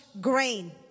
grain